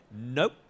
nope